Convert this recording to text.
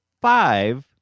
five